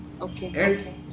Okay